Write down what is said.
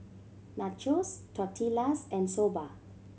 Nachos Tortillas and Soba